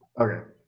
Okay